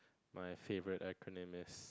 my favourite acronym is